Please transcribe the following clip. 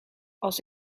als